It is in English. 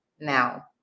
now